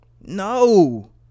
No